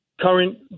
current